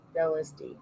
LSD